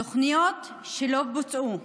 תוכניות שלא בוצעו,